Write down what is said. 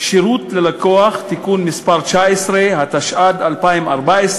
(שירות ללקוח) (תיקון מס' 19), התשע"ד 2014,